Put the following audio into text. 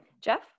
Jeff